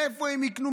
מאיפה הם יקנו?